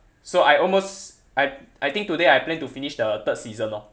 so I almost I I think today I plan to finish the third season orh